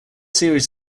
series